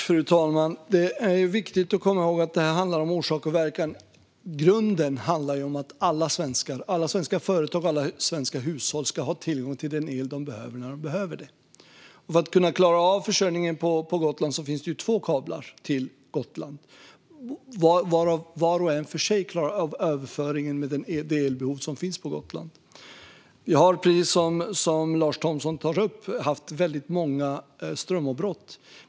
Fru talman! Det är viktigt att komma ihåg att det handlar om orsak och verkan. I grunden handlar det om att alla svenska företag och alla svenska hushåll ska ha tillgång till den el de behöver. För att klara av försörjningen på Gotland finns det två kablar till Gotland. Var och en för sig klarar av överföringen utifrån det elbehov som finns på Gotland. Precis som Lars Thomsson tar upp har vi haft väldigt många strömavbrott.